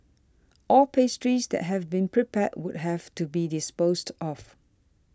all pastries that have been prepared would have to be disposed of